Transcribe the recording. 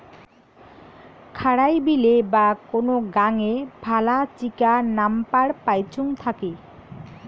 খারাই বিলে বা কোন গাঙে ভালা চিকা নাম্পার পাইচুঙ থাকি